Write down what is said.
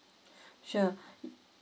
sure